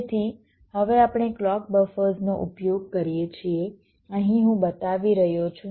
તેથી હવે આપણે ક્લૉક બફર્સ નો ઉપયોગ કરીએ છીએ અહીં હું બતાવી રહ્યો છું